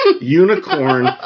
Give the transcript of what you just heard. unicorn